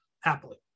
Happily